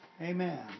Amen